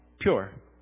pure